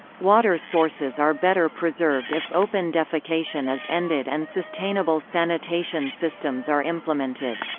water sources are better preserved if open defecation is ended and sustainable sanitation systems are implemented.